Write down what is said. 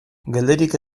geldirik